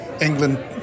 England